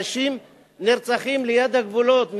אנשים נרצחים ליד הגבולות,